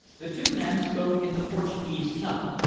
the two men spoke in the portuguese tongue,